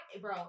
bro